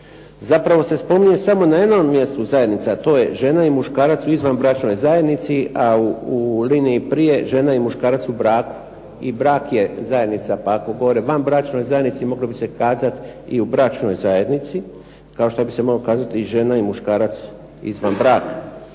Zapravo se spominje samo na jednom mjestu zajednica, žena i muškarac u izvanbračnoj zajednici, a u liniji prije žena i muškarac u braku, brak je zajednici, pa ako se govori o izvanbračnoj zajednici moglo bi se kazati u bračnoj zajednici, kao što bi se moglo kazati i žena i muškarac izvan braka.